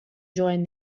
joined